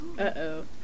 uh-oh